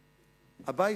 הביתה.